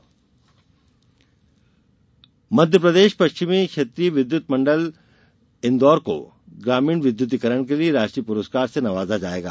पुरस्कार मध्यप्रदेश पश्चिम क्षेत्रीय विद्युत मंडल इंदौर को ग्रामीण विद्युतीकरण के लिए राष्ट्रीय पुरस्कार से नवाजा जाएगा